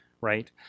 Right